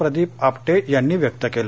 प्रदीप आपटे यांनी व्यक्त केले